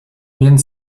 więc